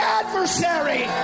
adversary